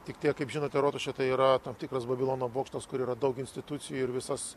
tik tiek kaip žinote rotušė tai yra tam tikras babilono bokštas kur yra daug institucijų ir visas